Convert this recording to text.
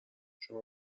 شما